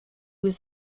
was